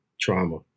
trauma